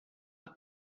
nach